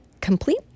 complete